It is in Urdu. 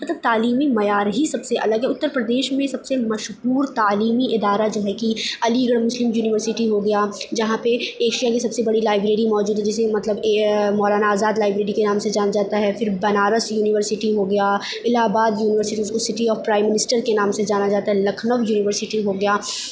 مطلب تعلیمی معیار ہی سب سے الگ اہے اتّر پردیش میں سب سے مشہور تعلیمی ادارہ جو ہے کہ علی گڑھ مسلم یونیورسٹی ہو گیا جہاں پر ایشیاء کی سب سے بڑی لائبریری موجود ہے جسے مطلب مولانا آزاد لائبریری کے نام سے جانا جاتا ہے پھر بنارس یونیورسٹی ہو گیا الہ آباد یونیورسٹی جس کو سٹی آف پرائم منسٹر کے نام سے جانا جاتا ہے لکھنؤ یونیورسٹی ہو گیا